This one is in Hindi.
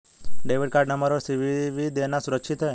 डेबिट कार्ड नंबर और सी.वी.वी देना सुरक्षित है?